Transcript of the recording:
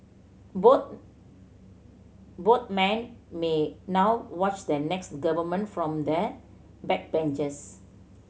both both men may now watch the next government from the backbenches